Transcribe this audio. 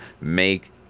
make